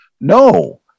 no